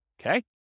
Okay